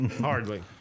Hardly